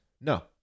No